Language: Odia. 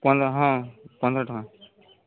ପନ୍ଦର ହଁ ପନ୍ଦର ଟଙ୍କା